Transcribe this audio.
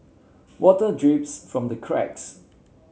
water drips from the cracks